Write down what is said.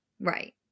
Right